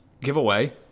giveaway